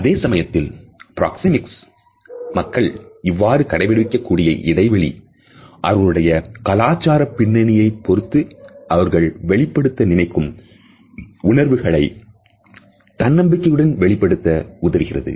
அதே சமயத்தில் பிராக்சேமிக்ஸ் மக்கள் இவ்வாறு கடைபிடிக்கக் கூடிய இடைவெளி அவர்களுடைய கலாச்சாரப் பின்னணியை பொறுத்து அவர்கள் வெளிப்படுத்த நினைக்கும் உணர்வுகளை தன்னம்பிக்கையுடன் வெளிப்படுத்த உதவுகிறது